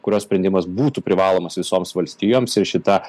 kurio sprendimas būtų privalomas visoms valstijoms ir šita